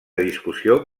discussió